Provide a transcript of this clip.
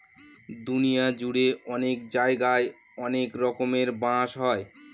দুনিয়া জুড়ে অনেক জায়গায় অনেক রকমের বাঁশ হয়